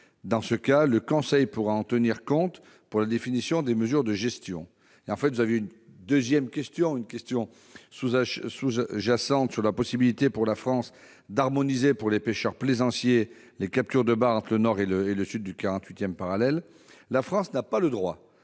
Dans ce cas, le conseil pourra en tenir compte pour la définition des mesures de gestion. Vous avez posé une question sous-jacente sur la possibilité pour la France d'harmoniser pour les pêcheurs plaisanciers les captures de bars entre le nord et le sud du 48 parallèle. La France n'a pas le droit